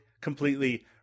completely